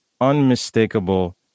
unmistakable